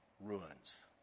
ruins